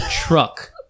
truck